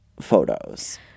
photos